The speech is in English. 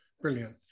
Brilliant